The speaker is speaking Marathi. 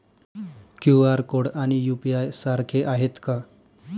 क्यू.आर कोड आणि यू.पी.आय सारखे आहेत का?